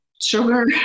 sugar